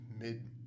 mid